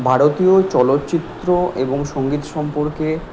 ভারতীয় চলচ্চিত্র এবং সঙ্গীত সম্পর্কে